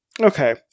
Okay